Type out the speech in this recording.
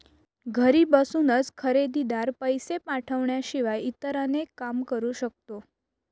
घरी बसूनच खरेदीदार, पैसे पाठवण्याशिवाय इतर अनेक काम करू शकतो